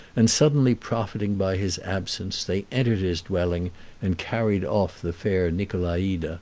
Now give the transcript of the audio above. and suddenly profiting by his absence, they entered his dwelling and carried off the fair nicolaide,